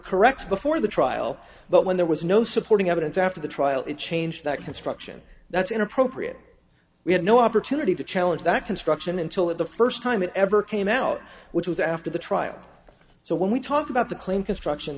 correct before the trial but when there was no supporting evidence after the trial it changed that construction that's inappropriate we had no opportunity to challenge that construction until the first time it ever came out which was after the trial so when we talk about the claim construction